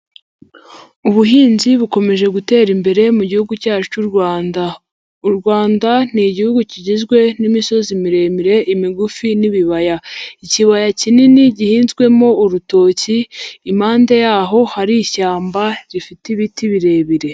Ubuhinzi bukomeje gutera imbere mu gihugu cyacu cy'u Rwanda. U Rwanda ni igihugu kigizwe n'imisozi miremire, imigufi n'ibibaya. Ikibaya kinini gihinzwemo urutoki, impande yaho hari ishyamba, rifite ibiti birebire.